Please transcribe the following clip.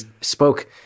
spoke